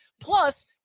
Plus